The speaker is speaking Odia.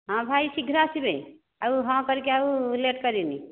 ହଁ ଭାଇ ଶୀଘ୍ର ଆସିବେ ଆଉ ହଁ କରିକି ଆଉ ଲେଟ୍ କରିବେନି